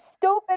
stupid